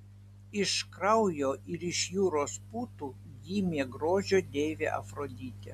iš kraujo ir iš jūros putų gimė grožio deivė afroditė